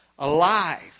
Alive